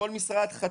כל משרד חתום,